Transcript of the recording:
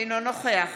אינו נוכח